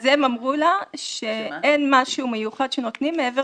אז הם אמרו לה שאין משהו מיוחד שנותנים מעבר